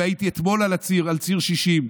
והייתי אתמול על ציר 60,